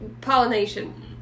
pollination